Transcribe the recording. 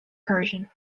persian